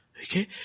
Okay